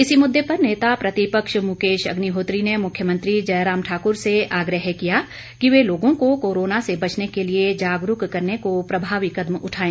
इसी मुद्दे पर नेता प्रतिपक्ष मुकेश अग्निहोत्री ने मुख्यमंत्री जयराम ठाक्र से आग्रह किया कि वह लोगों को कोरोना से बचने के लिए जागरूक करने को प्रभावी कदम उठाएं